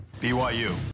BYU